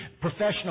professional